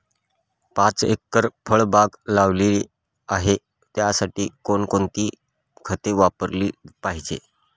पाच एकर फळबाग लावली आहे, त्यासाठी कोणकोणती खते वापरली पाहिजे?